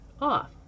off